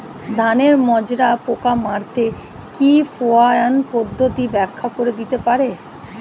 ধানের মাজরা পোকা মারতে কি ফেরোয়ান পদ্ধতি ব্যাখ্যা করে দিতে পারে?